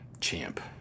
Champ